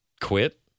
quit